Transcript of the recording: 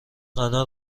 غنا